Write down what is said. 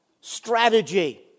strategy